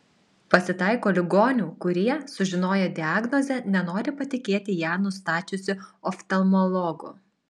pasitaiko ligonių kurie sužinoję diagnozę nenori patikėti ją nustačiusiu oftalmologu